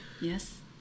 Yes